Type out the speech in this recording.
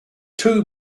two